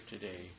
today